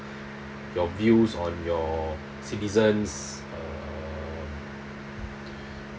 your views on your citizens uh